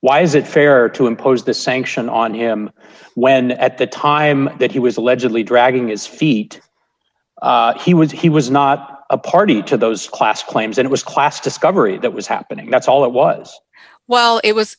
why is it fair to impose this sanction on him when at the time that he was allegedly dragging his feet he would say he was not a party to those class claims it was class discovery that was happening that's all it was well it was